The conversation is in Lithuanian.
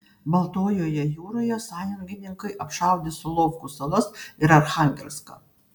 baltojoje jūroje sąjungininkai apšaudė solovkų salas ir archangelską